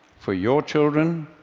for your children,